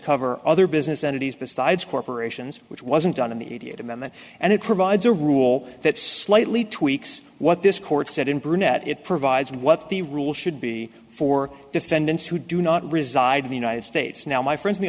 cover other business entities besides corporations which wasn't done in the immediate amendment and it provides a rule that slightly tweaks what this court said in brunette it provides and what the rules should be for defendants who do not reside in the united states now my friends the